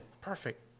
Perfect